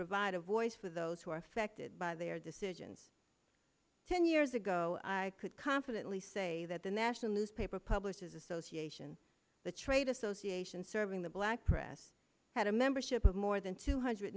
revive a voice for those who are affected by their decisions ten years ago i could confidently say that the national newspaper publishers association the trade association serving the black press had a membership of more than two hundred